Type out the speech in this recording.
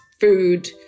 food